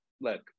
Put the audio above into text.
look